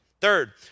Third